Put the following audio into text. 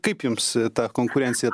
kaip jums ta konkurencija